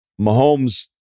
Mahomes